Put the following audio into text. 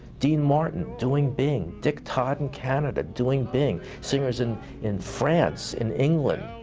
dean martin, doing bing. dick todd in canada doing bing. singers in in france, in england,